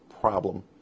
problem